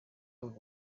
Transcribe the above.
avuga